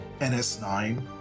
NS9